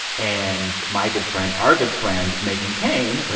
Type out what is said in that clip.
and my good friend, our good friend meghan keane,